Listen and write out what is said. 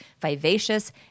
vivacious